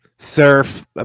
Surf